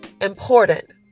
important